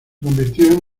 convirtió